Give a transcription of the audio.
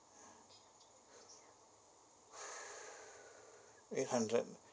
eight hundred